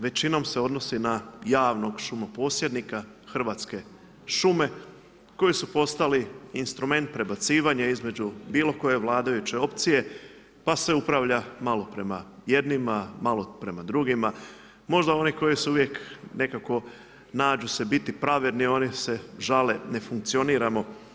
Većinom se odnosi na javnog šumo posjednika, Hrvatske šume koji su postali instrument prebacivanja između bilo koje vladajuće opcije pa se upravlja malo prema jednima, malo prema drugima, možda oni koji su uvijek nekako nađu se biti pravedni, oni se žale ne funkcioniramo.